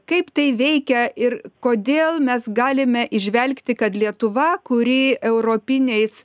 kaip tai veikia ir kodėl mes galime įžvelgti kad lietuva kuri europiniais